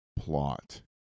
plot